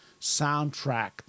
soundtrack